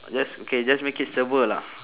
just okay just make it server lah